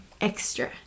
extra